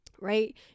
right